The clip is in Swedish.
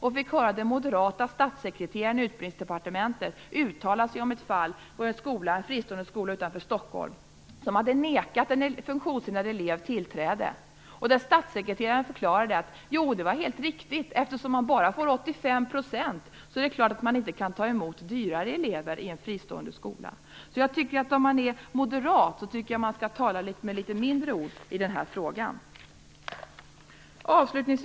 Då fick jag höra den moderata statssekreteraren i Utbildningsdepartementet uttala sig om ett fall där en fristående skola utanför Stockholm hade nekat en funktionshindrad elev tillträde. Statssekreteraren förklarade att det var helt riktigt. Eftersom man bara får 85 % är det klart att man inte kan ta emot dyrare elever i en fristående skola. Om man är moderat tycker jag att man skall tala med litet mindre bokstäver i den här frågan. Herr talman!